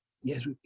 Yes